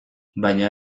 baina